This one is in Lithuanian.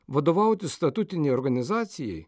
vadovauti statutinei organizacijai